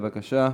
בבקשה.